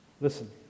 Listen